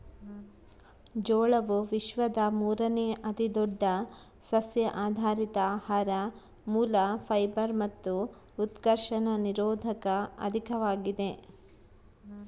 ಜೋಳವು ವಿಶ್ವದ ಮೂರುನೇ ಅತಿದೊಡ್ಡ ಸಸ್ಯಆಧಾರಿತ ಆಹಾರ ಮೂಲ ಫೈಬರ್ ಮತ್ತು ಉತ್ಕರ್ಷಣ ನಿರೋಧಕ ಅಧಿಕವಾಗಿದೆ